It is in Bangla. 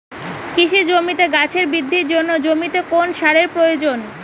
কৃষি জমিতে গাছের বৃদ্ধির জন্য জমিতে কোন সারের প্রয়োজন?